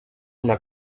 una